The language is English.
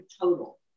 total